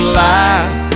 life